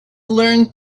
learned